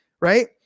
right